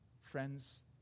Friends